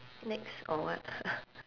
next or what